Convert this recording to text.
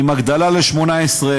עם הגדלה ל-18,000.